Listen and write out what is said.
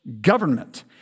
government